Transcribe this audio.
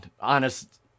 honest